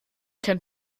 can